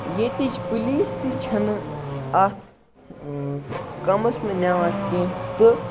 ییٚتِچ پُلیٖس تہِ چھَنہٕ اَتھ کَمَس منٛز نِوان کیٚنٛہہ تہٕ